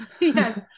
yes